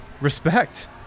respect